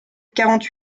quarante